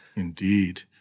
Indeed